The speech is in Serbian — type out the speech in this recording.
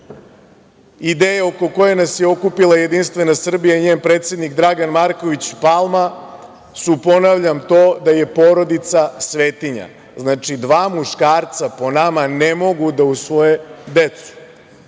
ideja oko koje nas je okupila Jedinstvena Srbija i njen predsednik Dragan Marković Palma su, ponavljam to, da je porodica svetinja. Znači, dva muškarca po nama ne mogu da usvoje decu.